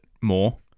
more